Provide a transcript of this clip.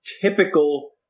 typical